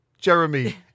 Jeremy